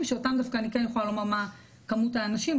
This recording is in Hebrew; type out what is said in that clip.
שאותם אני דווקא כן יכולה להגיד מה כמות האנשים,